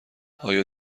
آیا